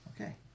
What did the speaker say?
Okay